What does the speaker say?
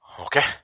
Okay